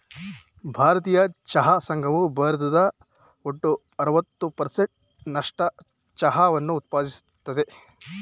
ಭಾರತೀಯ ಚಹಾ ಸಂಘವು ಭಾರತದ ಒಟ್ಟು ಅರವತ್ತು ಪರ್ಸೆಂಟ್ ನಸ್ಟು ಚಹಾವನ್ನ ಉತ್ಪಾದಿಸ್ತದೆ